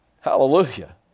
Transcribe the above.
Hallelujah